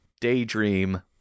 daydream